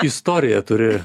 istoriją turi